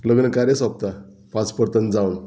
लग्न कार्य सोंपता पांच परत जावन